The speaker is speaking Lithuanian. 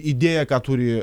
idėją ką turi